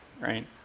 right